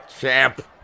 Champ